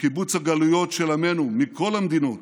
לקיבוץ הגלויות של עמנו מכל המדינות